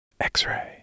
X-Ray